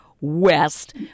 west